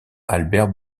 albert